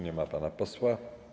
Nie ma pana posła.